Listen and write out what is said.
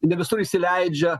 ne visur įsileidžia